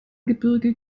gebirge